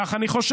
כך אני חושב,